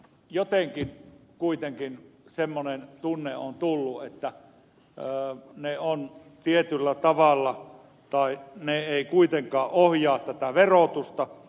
jotenkin kuitenkin semmoinen tunne on tullut että tietyllä tavalla ne eivät kuitenkaan ohjaa tätä verotusta